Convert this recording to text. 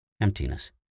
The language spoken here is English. Emptiness